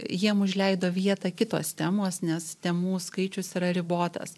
jiem užleido vietą kitos temos nes temų skaičius yra ribotas